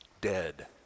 dead